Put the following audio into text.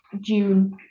June